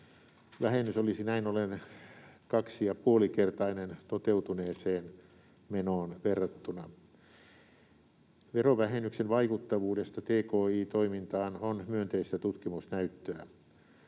Vähennys olisi näin ollen kaksi- ja puolikertainen toteutuneeseen menoon verrattuna. Verovähennyksen vaikuttavuudesta tki-toimintaan on myönteistä tutkimusnäyttöä.